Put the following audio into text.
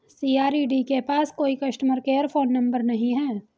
CRED के पास कोई कस्टमर केयर फोन नंबर नहीं है